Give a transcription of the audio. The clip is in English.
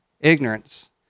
ignorance